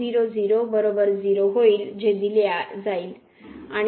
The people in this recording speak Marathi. तर हे 0 आणि वजा होईल जे दिले जाईल आणि